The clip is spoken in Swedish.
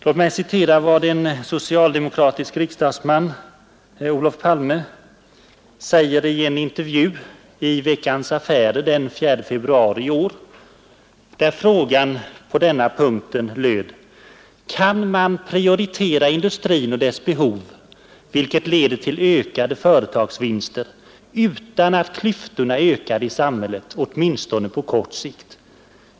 Låt mig citera vad en socialdemokratisk riksdagsman, Olof Palme, säger i en intervju i Veckans Affärer den 4 februari i år. Frågan på denna punkt löd: ”Kan man prioritera industrin och dess behov, vilket leder till ökade företagsvinster, utan att klyftorna ökar i samhället '— åtminstone på kort sikt?